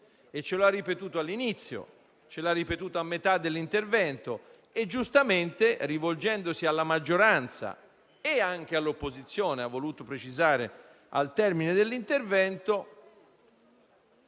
Ce lo ha ripetuto all'inizio e a metà dell'intervento, e giustamente, rivolgendosi alla maggioranza e anche all'opposizione, lo ha precisato al termine dell'intervento.